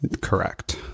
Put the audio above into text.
correct